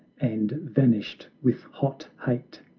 and vanished with hot hate!